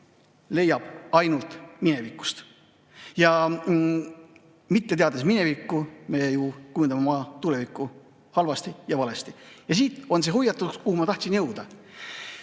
leiab ainult minevikust. Mitte teades minevikku, me ju kujundame oma tulevikku halvasti ja valesti. Ja siit on see hoiatus, kuhu ma tahtsin jõuda.